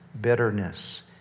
bitterness